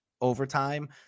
overtime